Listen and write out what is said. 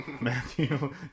Matthew